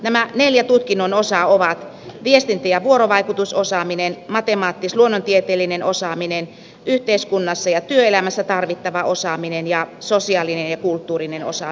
nämä neljä tutkinnon osaa ovat viestintä ja vuorovaikutusosaaminen matemaattis luonnontieteellinen osaaminen yhteiskunnassa ja työelämässä tarvittava osaaminen sekä sosiaalinen ja kulttuurinen osaaminen